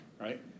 right